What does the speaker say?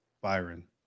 Byron